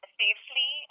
safely